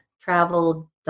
travel